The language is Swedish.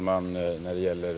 Herr talman!